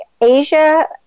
Asia